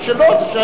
זה שייך לו,